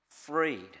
freed